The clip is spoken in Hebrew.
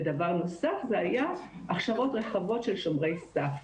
דבר נוסף היה הכשרות רחבות של שומרי סף,